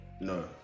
no